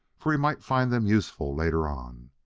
for he might find them useful later on.